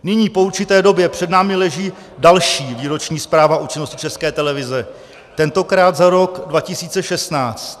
Nyní po určité době před námi leží další výroční zpráva o činnosti České televize, tentokrát za rok 2016.